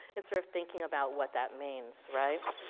and sort of thinking about what that means, right.